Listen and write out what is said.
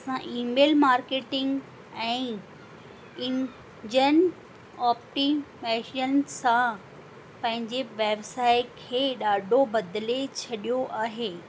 असां email marketing ऐं engine optimisation सां पंहिंजे व्यव्साय खे ॾाढो बदले छॾियो आहे